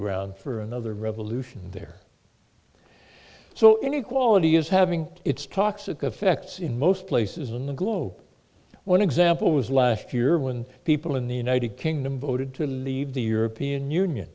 ground for another revolution there so inequality is having its toxic effect in most places on the globe one example was last year when people in the united kingdom voted to leave the european union